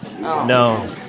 No